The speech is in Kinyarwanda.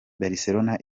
barcelona